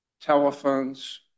telephones